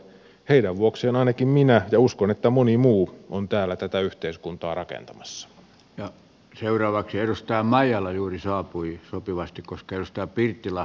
heidän vuokseen ainakin minä olen ja uskon että moni muu on täällä tätä yhteiskuntaa rakentamassa ja seuraava kierros tämä ei ole juuri saapui sopivasti koskevista bikila